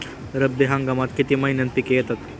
रब्बी हंगामात किती महिन्यांत पिके येतात?